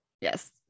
yes